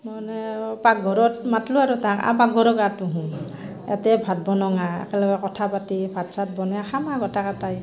মানে পাকঘৰত মাতলোঁ আৰু তাক আহ পাকঘৰত আহ তোহোন ইয়াতে ভাত বনওং আহ একেলগে কথা পাতি ভাত চাত বনে খাম আৰু গটেইকেটাই